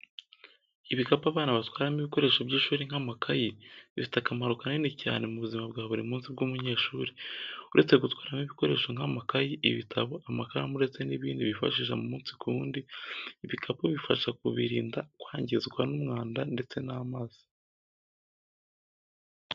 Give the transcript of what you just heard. Ibikapu abana batwaramo ibikoresho by'ishuri nk'amakayi, bifite akamaro kanini cyane mu buzima bwa buri munsi bw’umunyeshuri. Uretse gutwaramo ibikoresho nk'amakayi, ibitabo, amakaramu ndetse n'ibindi bifashisha umunsi ku wundi, ibikapu bifasha kubirinda kwangizwa n'umwanda ndetse n'amazi.